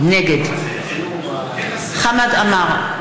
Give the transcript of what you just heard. נגד חמד עמאר,